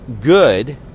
good